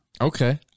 Okay